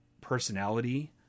personality